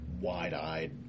wide-eyed